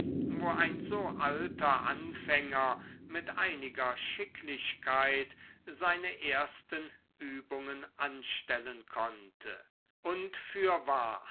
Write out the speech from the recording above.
wo ein so alter anfänger mit einiger schicklichkeit seine ersten übungen anstellen konnte und fürwahr